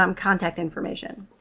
um contact information.